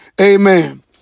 Amen